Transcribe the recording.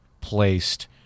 placed